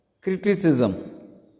Criticism